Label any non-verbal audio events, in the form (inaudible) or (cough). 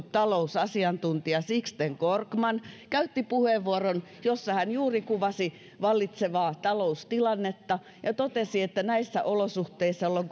(unintelligible) talousasiantuntija sixten korkman käytti puheenvuoron jossa hän juuri kuvasi vallitsevaa taloustilannetta ja totesi että näissä olosuhteissa jolloin (unintelligible)